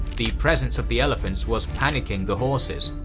the presence of the elephants was panicking the horses,